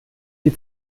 die